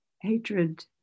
hatred